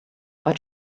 but